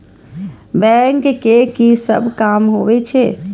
Bank के की सब काम होवे छे?